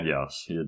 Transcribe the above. Yes